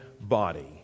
body